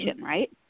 right